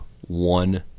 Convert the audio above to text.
one